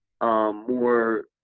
More